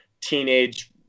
teenage